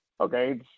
okay